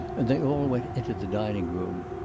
and they all went into the dining-room.